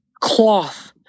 cloth